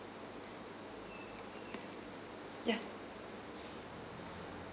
yeah